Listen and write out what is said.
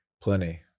Plenty